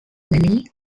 lily